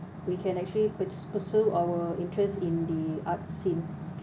we can actually purs~ pursue our interest in the arts scene